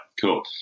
cool